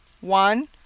One